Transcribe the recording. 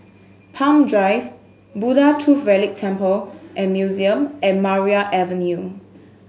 Palm Drive Buddha Tooth Relic Temple and Museum and Maria Avenue